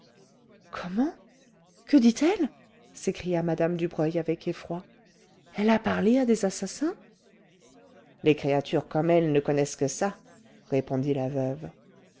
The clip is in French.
comment que dit-elle s'écria mme dubreuil avec effroi elle a parlé à des assassins les créatures comme elle ne connaissent que ça répondit la veuve